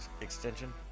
extension